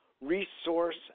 resource